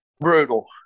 Brutal